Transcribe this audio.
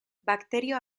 bakterio